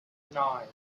nine